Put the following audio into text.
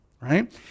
right